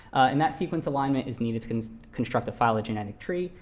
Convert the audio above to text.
and that sequence alignment is needed to construct the phylogenetic tree,